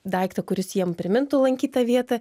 daiktą kuris jiem primintų lankytą vietą